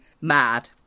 mad